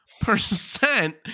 percent